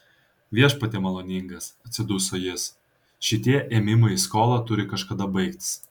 viešpatie maloningas atsiduso jis šitie ėmimai į skolą turi kažkada baigtis